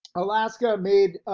alaska made,